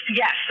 Yes